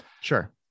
Sure